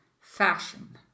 fashion